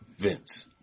Vince